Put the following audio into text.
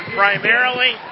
primarily